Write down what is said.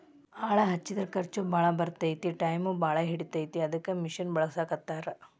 ಆಳ ಹಚ್ಚಿದರ ಖರ್ಚ ಬಾಳ ಬರತತಿ ಟಾಯಮು ಬಾಳ ಹಿಡಿತತಿ ಅದಕ್ಕ ಮಿಷನ್ ಬಳಸಾಕತ್ತಾರ